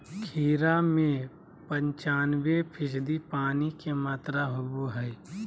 खीरा में पंचानबे फीसदी पानी के मात्रा होबो हइ